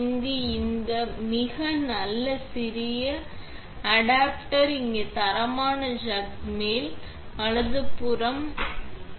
இது இந்த மிக நல்ல சிறிய அடாப்டர் இங்கே தரமான சக் மேல் வலது பொருந்தும் என்று